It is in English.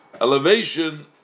elevation